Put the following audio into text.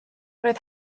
roedd